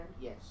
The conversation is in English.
Yes